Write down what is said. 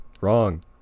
Wrong